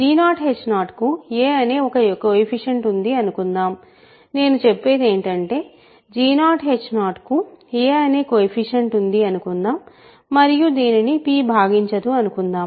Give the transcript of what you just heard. g0h0 కు a అనే ఒక కొయెఫిషియంట్ ఉంది అనుకుందాం నేను చెప్పేది ఏంటంటే g0h0 కు a అనే కొయెఫిషియంట్ ఉంది అనుకుందాం మరియు దీనిని p భాగించదు అనుకుందాం